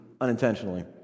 unintentionally